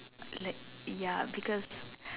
like ya because